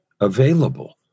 available